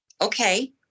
okay